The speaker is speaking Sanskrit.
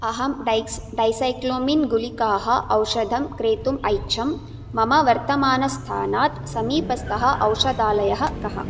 अहं डैस् डैसैक्लोमिन् गुलिकाः औषधं क्रेतुम् ऐच्छम् मम वर्तमानस्थानात् समीपस्थः औषधालयः कः